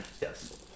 Yes